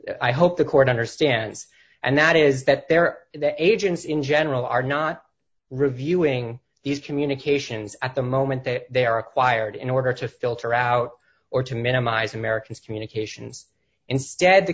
i hope the court understands and that is that they're the agents in general are not reviewing these communications at the moment that they are required in order to filter out or to minimize america's communications instead the